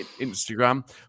Instagram